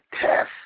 test